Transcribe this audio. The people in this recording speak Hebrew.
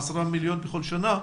10 מיליון בכל שנה.